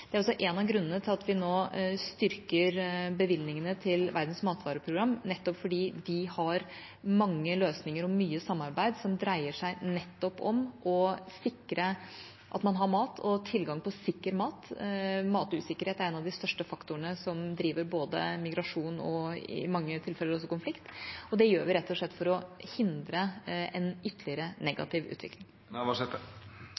vil selvsagt også kunne føre til økt konflikt. Det er en av grunnene til at vi nå styrker bevilgningene til Verdens matvareprogram – nettopp fordi de har mange løsninger og mye samarbeid som dreier seg nettopp om å sikre at man har mat og tilgang til sikker mat. Matusikkerhet er en av de største faktorene som driver både migrasjon og i mange tilfeller også konflikt, og vi gjør det rett og slett for å hindre en ytterligere